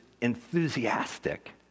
enthusiastic